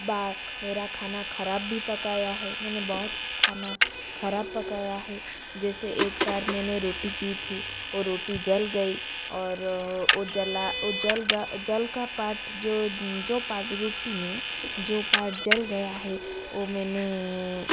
बार मेरा खाना ख़राब भी पकाया है मैंने बहुत खाना ख़राब पकाया है जैसे एक बार मैंने रोटी की थी वह रोटी जल गई और वह जला जल का पार्ट जो जो पार्ट रोटी में जो पार्ट जल गया है वह मैंने